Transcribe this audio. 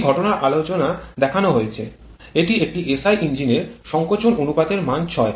একটি ঘটনার আলোচনা দেখানো হয়েছে এটি একটি এসআই ইঞ্জিনের সংকোচন অনুপাতের মান ৬